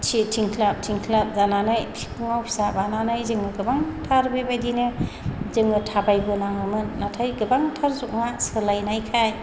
थिंख्लाब थिंख्लाब जानानै बिखुङाव फिसा बानानै जों गोबांथार बेबायदिनो जोङो थाबायबोनाङोमोन नाथाय गोबांथार जुगआ सोलायनायखाय